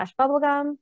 bubblegum